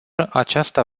aceasta